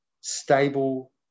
stable